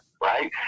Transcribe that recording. Right